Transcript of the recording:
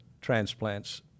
transplants